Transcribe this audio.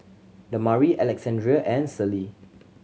Damari Alexandria and Celie